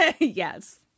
Yes